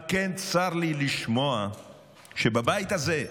על כן צר לי לשמוע שבבית הזה,